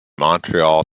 montreal